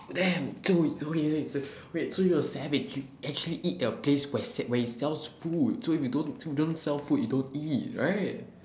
damn dude okay wait so you're a savage you actually eat a place where's a~ where it sells food so if you don't you don't sell food you don't eat right